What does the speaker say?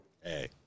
Hey